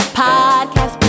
podcast